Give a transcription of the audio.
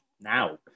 now